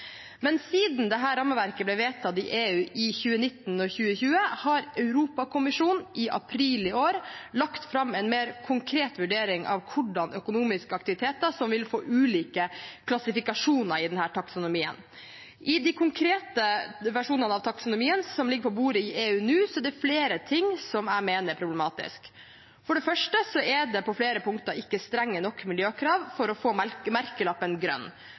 Men siden dette rammeverket ble vedtatt i EU i 2019 og 2020, har Europakommisjonen i april i år lagt fram en mer konkret vurdering av hvilke økonomiske aktiviteter som vil få ulike klassifikasjoner i denne taksonomien. I de konkrete versjonene av taksonomien som ligger på bordet i EU nå, er det flere ting som jeg mener er problematisk. For det første er det på flere punkter ikke strenge nok miljøkrav for å få merkelappen grønn.